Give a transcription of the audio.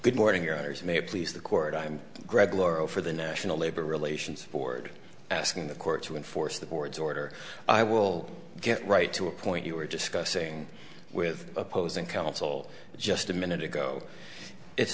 good morning your honour's may please the court i'm greg lauro for the national labor relations board asking the court to enforce the board's order i will get right to a point you were discussing with opposing counsel just a minute ago it's